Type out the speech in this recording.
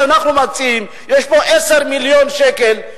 אנחנו מציעים: יש פה 10 מיליון שקל,